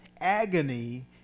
agony